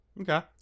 Okay